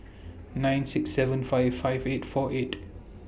nine six seven five five eight four eight